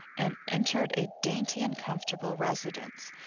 and entered a dainty and comfortable residence,